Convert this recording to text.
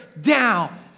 down